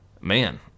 man